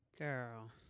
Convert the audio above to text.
Girl